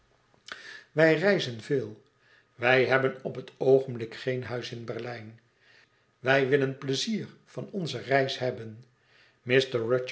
wij reizen veel wij hebben op het oogenblik geen huis in berlijn wij willen pleizier van onze reis hebben